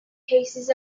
cases